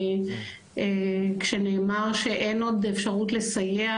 גם כשנאמר שאין עוד אפשרות לסייע,